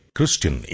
Christian